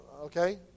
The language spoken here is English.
okay